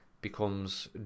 becomes